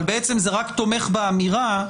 אבל זה רק תומך באמירה,